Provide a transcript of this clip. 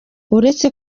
uretse